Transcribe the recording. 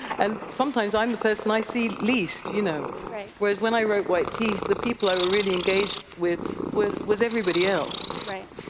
and sometimes i'm the person i see least, you know. whereas when i wrote white teeth, the people i really engaged with with was everybody else. right.